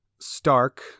Stark